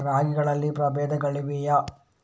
ರಾಗಿಗಳಲ್ಲಿ ಪ್ರಬೇಧಗಳಿವೆಯೇ?